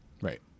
Right